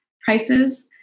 prices